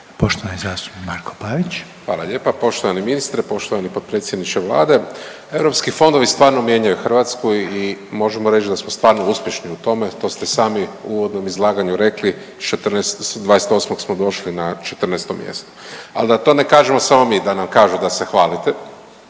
Pavić. **Pavić, Marko (HDZ)** Hvala lijepa. Poštovani ministre, poštovani potpredsjedniče Vlade. Europski fondovi stvarno mijenjaju Hrvatsku i možemo reći da smo stvarno uspješni u tome. To ste sami u uvodnom izlaganju rekli sa 28 smo došli 14 mjesto. Ali da to ne kažemo samo mi, da nam kažu da se hvalite